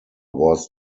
was